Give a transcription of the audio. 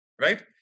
right